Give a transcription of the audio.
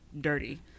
dirty